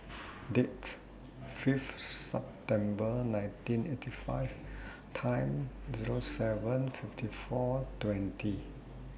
Date Fifth September nineteen eighty five Time Zero seven fifty four twenty